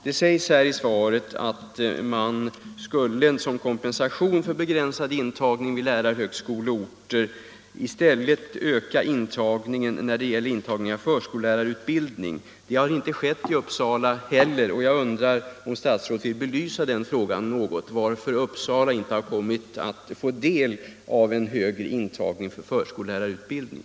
Det sägs i svaret att man som kompensation för begränsad intagning vid lärarhögskolorna skulle förlägga nytillkommande förskollärarutbildning till lärarhögskoleorterna. Detta har inte skett i Uppsala. Vill statsrådet belysa frågan varför Uppsala inte fått en högre intagning för förskollärarutbildning?